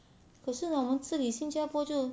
可是我们这里新加坡就